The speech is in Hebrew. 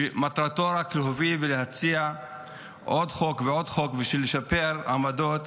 שמטרתו היא רק להוביל ולהציע עוד חוק ועוד חוק בשביל לשפר עמדות,